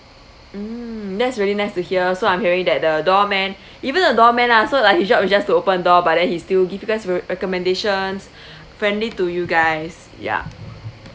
mm that's really nice to hear so I'm hearing that the doorman even though a doorman [la] so like his job is just to open door but then he still give you guys re~ recommendations friendly to you guys ya